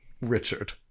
Richard